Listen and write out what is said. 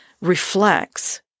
reflects